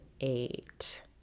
eight